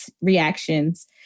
reactions